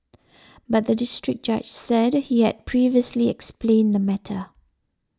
but the District Judge said he had previously explained the matter